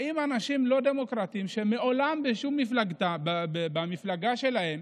ובאים אנשים לא דמוקרטיים, שמעולם במפלגה שלהם